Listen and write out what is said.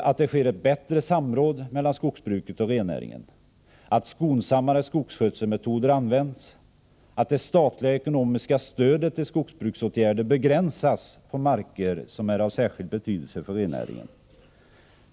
att det sker ett bättre samråd mellan skogsbruket och rennäringen, att skonsammare skogskötselmetoder används och att det statliga ekonomiska stödet till skogsbruksåtgärder begränsas på marker som är av särskild betydelse för rennäringen.